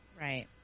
right